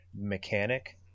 mechanic